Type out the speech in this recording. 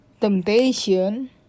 temptation